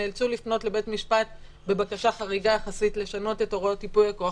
נאלץ לפנות לבית משפט בבקשה חריגה יחסית לשנות את הוראות ייפוי הכוח,